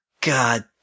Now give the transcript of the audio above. God